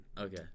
Okay